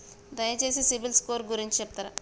దయచేసి CIBIL score గురించి చెప్తరా?